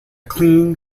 clean